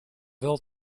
wel